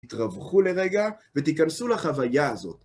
תתרווחו לרגע ותיכנסו לחוויה הזאת.